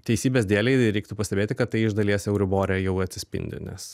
teisybės dėlei reiktų pastebėti kad tai iš dalies euribore jau atsispindi nes